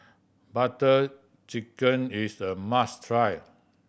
Butter Chicken is a must try